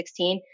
2016